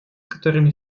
которыми